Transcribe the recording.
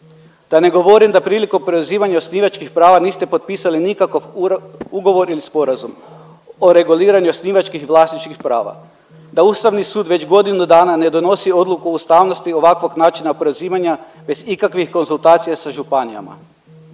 Da ne govorim da prilikom preuzimanja osnivačkih prava niste potpisali nikakav ugovor ili sporazum o reguliranju osnivačkih vlasničkih prava, da Ustavni sud već godinu dana ne donosi Odluku o ustavnosti ovakvog načina oporezivanja bez ikakvih konzultacija sa županijama.